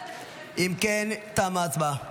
אם כן, תמה ההצבעה.